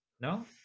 No